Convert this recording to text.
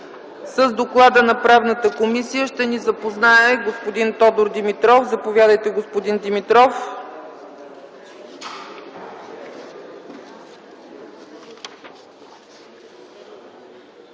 Комисията по правни въпроси ще ни запознае господин Тодор Димитров. Заповядайте, господин Димитров.